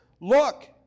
look